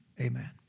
Amen